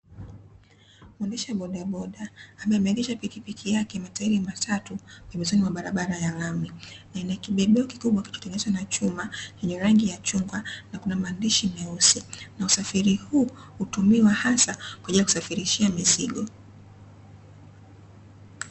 Muendesha bodaboda ambaye ameegesha pikipiki yake ya matairi matatu pembezoni mwa barabara ya rami ina kibebeo kikubwa kilichotengenezwa na rangi ya chungwa na kuna maandishi meusi, na usafiri huu hutumiwa hasa kwa ajili ya kusafirishia mizigo.